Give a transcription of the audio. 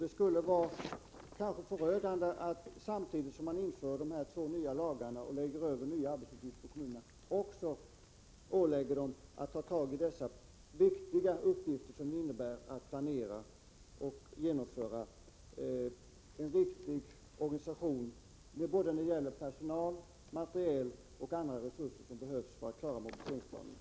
Det skulle kanske vara förödande att samtidigt som man inför de två nya lagarna och lägger över nya arbetsuppgifter på kommunerna också ålägga dem att ta tag i de viktiga uppgifter som det innebär att planera och genomföra en riktig organisation när det gäller personal, materiel och andra resurser som behövs för att klara mobiliseringsplanerna.